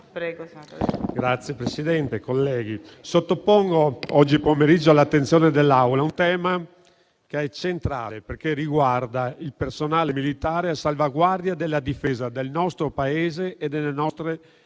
Signora Presidente, colleghi, sottopongo oggi pomeriggio all'attenzione dell'Assemblea un tema che è centrale, perché riguarda il personale militare a salvaguardia della difesa del nostro Paese e delle nostre istituzioni